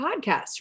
podcast